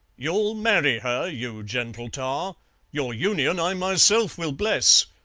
you'll marry her, you gentle tar your union i myself will bless,